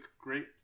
great